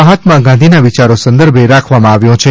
મહાત્મા ગાંધીના વિચારો સંદર્ભે રાખવામાં આવ્યો છે